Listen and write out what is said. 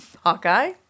Hawkeye